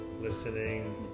listening